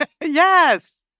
Yes